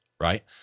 right